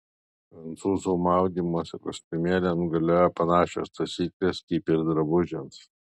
prancūzių maudymosi kostiumėliams galioja panašios taisyklės kaip ir drabužiams